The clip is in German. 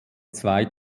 zwei